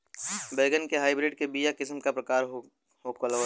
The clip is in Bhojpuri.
बैगन के हाइब्रिड के बीया किस्म क प्रकार के होला?